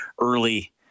early